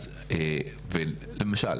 למשל,